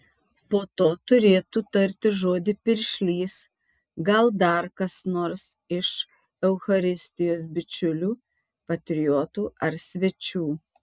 po to turėtų tarti žodį piršlys gal dar kas nors iš eucharistijos bičiulių patriotų ar svečių